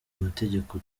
amategeko